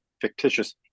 fictitious